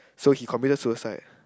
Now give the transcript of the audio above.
so he committed suicide